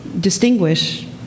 distinguish